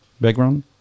background